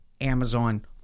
Amazon